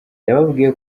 yababwiye